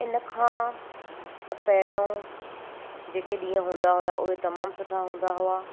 इनखां त पहिरों जेके ॾींहं हूंदा हुया उहे तमामु सुठा हूंदा हुआ